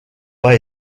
pas